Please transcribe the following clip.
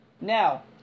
Now